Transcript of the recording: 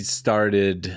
started